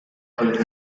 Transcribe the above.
porque